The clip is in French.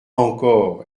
encore